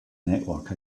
network